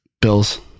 Bills